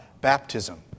Baptism